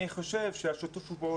אני חושב שגם השנה נבצע את שיתוף הפעולה